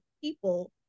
people